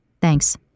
Thanks